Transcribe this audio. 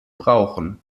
brauchen